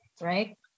right